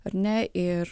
ar ne ir